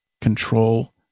Control